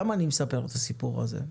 למה אני מספר את הסיפור הזה?